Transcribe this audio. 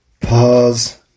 Pause